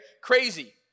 Crazy